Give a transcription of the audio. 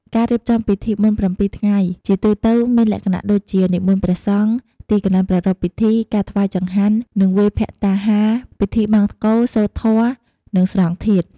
ការរៀបចំពិធីបុណ្យប្រាំពីរថ្ងៃ ជាទូទៅមានលក្ខណៈដូចជា និមន្តព្រះសង្ឃ ទីកន្លែងប្រារព្ធពិធី ការថ្វាយចង្ហាន់ និងវេរភត្តាហារ ពិធីបង្សុកូល សូត្រធម៌ និង ស្រង់ធាតុ។